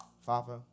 Father